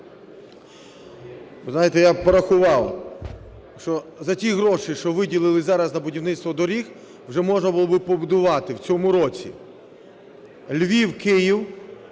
Знаєте, я порахував, що за ті гроші, що виділили зараз на будівництво доріг, вже можна було би побудувати в цьому році Львів-Київ